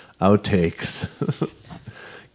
outtakes